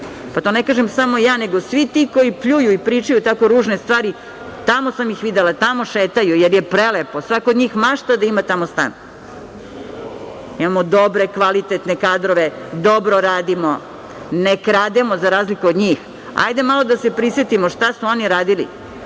To ne kažem samo ja, nego svi ti koji pljuju i pričaju tako ružne stvari tamo sam ih videla, tamo šetaju, jer je prelepo. Svako od njih mašta da ima tamo stan. Imamo dobre, kvalitetne kadrove, dobro radimo, ne krademo za razliku od njih. Hajde malo da se prisetimo šta su oni radili?